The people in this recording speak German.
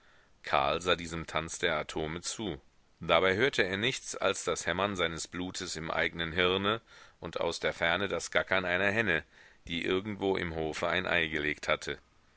karl sah diesem tanze der atome zu dabei hörte er nichts als das hämmern seines blutes im eignen hirne und aus der ferne das gackern einer henne die irgendwo im hofe ein ei gelegt hatte